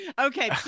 Okay